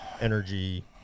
energy